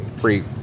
Free